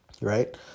right